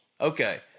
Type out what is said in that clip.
Okay